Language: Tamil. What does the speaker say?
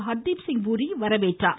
ஹர்தீப் சிங் பூரி வரவேற்றார்